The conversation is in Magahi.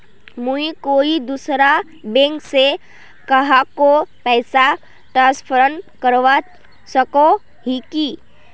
मुई कोई दूसरा बैंक से कहाको पैसा ट्रांसफर करवा सको ही कि?